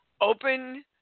open